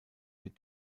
mit